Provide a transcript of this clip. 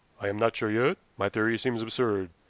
i am not sure yet. my theory seems absurd.